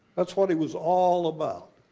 that's what it was all about.